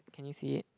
can you see it